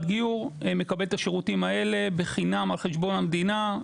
גיור מקבל את השירותים האלה בחינם על חשבון המדינה.